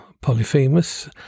Polyphemus